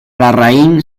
larraín